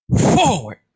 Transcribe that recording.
forward